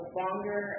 longer